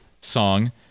song